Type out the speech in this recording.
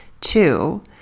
Two